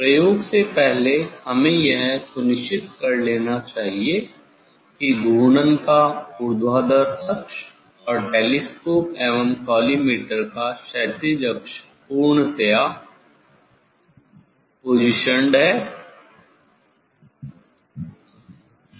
प्रयोग से पहले हमे यह सुनिश्चित कर लेना चाहिए की घूर्णन का ऊर्ध्वाधर अक्ष और टेलीस्कोप एवं कॉलीमटोर का क्षैतिज अक्ष पूर्णतया अच्छी तरह से अवस्थित है